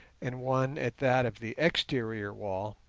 and one at that of the exterior wall